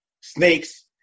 snakes